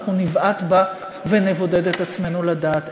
אנחנו נבעט בה ונבודד את עצמנו לדעת,